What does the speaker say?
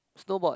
snowboard